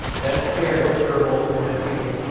best chair, most durable wins the game.